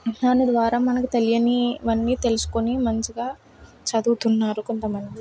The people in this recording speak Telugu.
దాని ద్వారా మనకు తెలియని అన్నీ తెలుసుకుని మంచిగా చదువుతున్నారు కొంతమంది